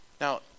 Now